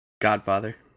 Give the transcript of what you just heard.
godfather